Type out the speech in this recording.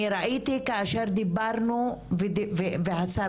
אני ראיתי כאשר דיברנו והשרה,